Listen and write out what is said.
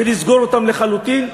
ונסגור אותם לחלוטין,